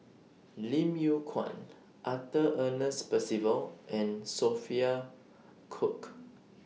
Lim Yew Kuan Arthur Ernest Percival and Sophia Cooke